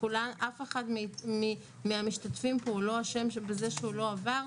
ואף אחד מהמשתתפים פה לא אשם בזה שהוא לא עבר,